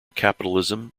capitalism